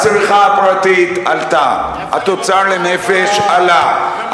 הצריכה הפרטית עלתה, איפה?